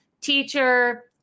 teacher